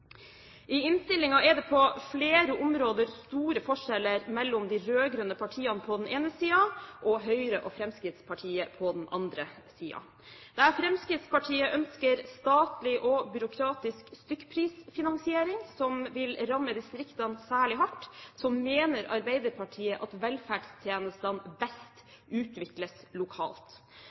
I innstillingen er det på flere områder store forskjeller mellom de rød-grønne partiene på den ene siden og Høyre og Fremskrittspartiet på den andre siden. Der Fremskrittspartiet ønsker en statlig og byråkratisk stykkprisfinansiering, som vil ramme distriktene særlig hardt, mener Arbeiderpartiet at velferdstjenestene best utvikles lokalt.